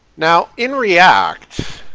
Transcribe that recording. now in react,